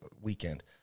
weekend